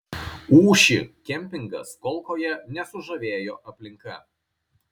ūši kempingas kolkoje nesužavėjo aplinka